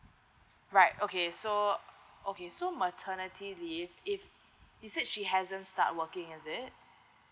right okay so okay so maternity leave if if you said she hasn't start working is it